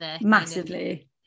massively